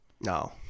No